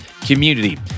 community